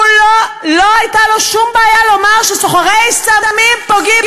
לא הייתה לו שום בעיה לומר שסוחרי סמים פוגעים